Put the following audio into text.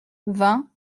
vingt